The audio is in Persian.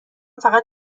فقط